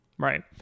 Right